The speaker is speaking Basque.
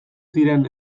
ziren